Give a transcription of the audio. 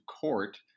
court